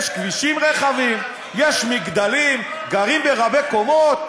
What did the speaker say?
יש כבישים רחבים, יש מגדלים, גרים ברבי-קומות.